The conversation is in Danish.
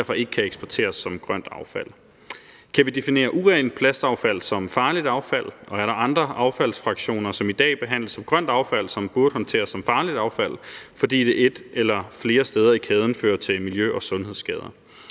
derfor ikke kan eksporteres som grønt affald. Kan vi definere urent plastaffald som farligt affald, og er der andre affaldsfraktioner, som i dag behandles som grønt affald, som burde håndteres som farligt affald, fordi det et eller flere steder i kæden fører til miljø- og sundhedsskader?